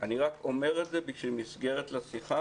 אני רק אומר את זה בשביל מסגרת לשיחה